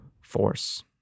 force